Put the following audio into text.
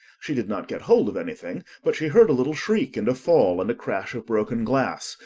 she did not get hold of anything, but she heard a little shriek and a fall, and a crash of broken glass,